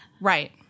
right